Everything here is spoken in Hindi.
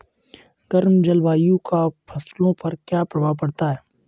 गर्म जलवायु का फसलों पर क्या प्रभाव पड़ता है?